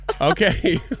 Okay